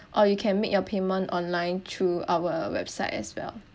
or you can make your payment online through our website as well